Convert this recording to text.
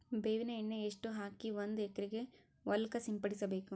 ಬೇವಿನ ಎಣ್ಣೆ ಎಷ್ಟು ಹಾಕಿ ಒಂದ ಎಕರೆಗೆ ಹೊಳಕ್ಕ ಸಿಂಪಡಸಬೇಕು?